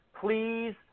please